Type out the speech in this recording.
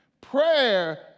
Prayer